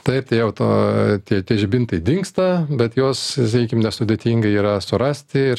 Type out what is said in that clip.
taip tai jau to tie tie žibintai dingsta bet juos sakykim nesudėtingai yra surasti